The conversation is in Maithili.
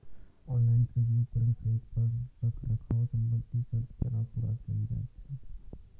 ऑनलाइन कृषि उपकरण खरीद पर रखरखाव संबंधी सर्त केना पूरा कैल जायत छै?